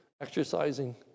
exercising